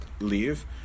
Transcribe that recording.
leave